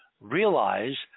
realize